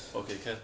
okay can